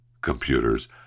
computers